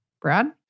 Brad